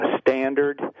standard